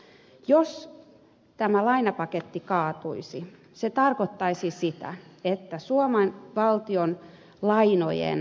jos tämä lainapaketti kaatuisi se tarkoittaisi sitä että suomen valtion lainojen korkotaso saattaisi nousta